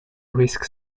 risk